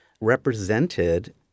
represented